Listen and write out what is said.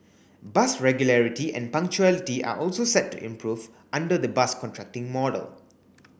bus regularity and punctuality are also set to improve under the bus contracting model